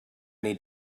need